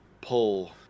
pull